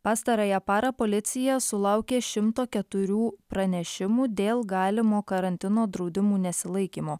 pastarąją parą policija sulaukė šimto keturių pranešimų dėl galimo karantino draudimų nesilaikymo